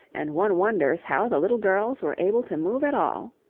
and one wonders how the little girls were able to move at all.